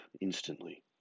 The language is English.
instantly